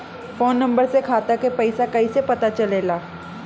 Phone number से खाता के पइसा कईसे पता चलेला?